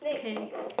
okay